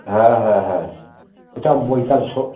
হ্যাঁ হ্যাঁ হ্যাঁ ওটা বইকাল স